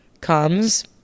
comes